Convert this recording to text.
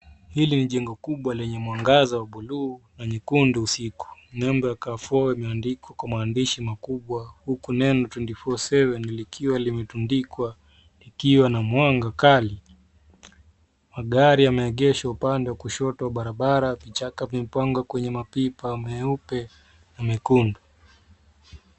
Hili ni jengo kubwa lenye mwangaza wa buluu na nyekundu usiku. Nembo ya carrefour imeandikwa kwa maandishi makubwa huku neno 24/7 likiwa limetundikwa likiwa na mwanga kali. Magari yameegeshwa upande wa kushoto barabara, vichaka vimepangwa kwenye mapipa meupe mekundu.